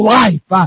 life